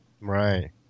right